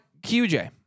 QJ